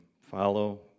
follow